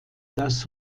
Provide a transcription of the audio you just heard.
das